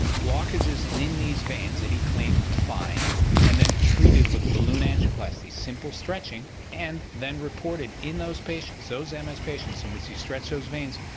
blockages in in these veins that he claimed to find and then treated with balloon angioplasty, simple stretching and then reported in those patients, those ms patients in which he stretched those veins,